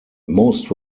most